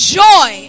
joy